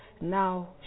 Now